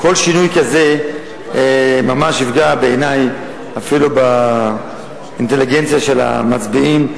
כל שינוי בזה ממש יפגע בעיני אפילו באינטליגנציה של המצביעים.